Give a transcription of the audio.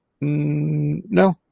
No